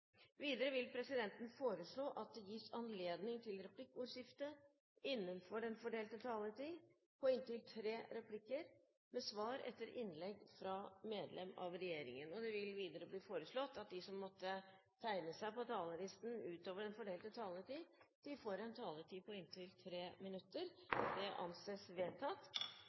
Videre vil presidenten foreslå at det gis anledning til replikkordskifte på inntil tre replikker med svar etter innlegg fra medlem av regjeringen innenfor den fordelte taletid. Videre blir det foreslått at de som måtte tegne seg på talerlisten utover den fordelte taletid, får en taletid på inntil 3 minutter. – Det anses vedtatt.